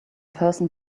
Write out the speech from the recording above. person